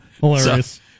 Hilarious